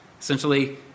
essentially